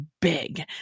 big